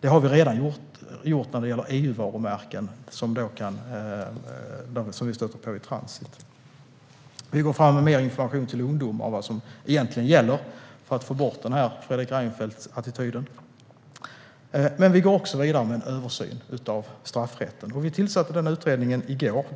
Det har vi redan gjort när det gäller EU-varumärken som vi stöter på vid transit. För att få bort den här Fredrik Reinfeldt-attityden går vi fram med mer information till ungdomar om vad som egentligen gäller. Vi går också vidare med en översyn av straffrätten. Vi tillsatte en utredning om detta i går, och